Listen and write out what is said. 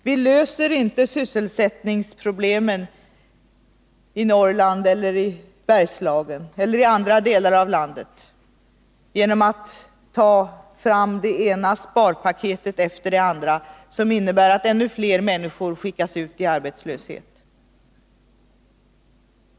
Vi löser inte sysselsättningsproblemen i Norrland eller i Bergslagen eller i andra delar av landet genom att ta fram det ena sparpaketet efter det andra, som innebär att ännu fler människor skickas ut i arbetslöshet.